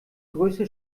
größte